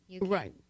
Right